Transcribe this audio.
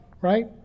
right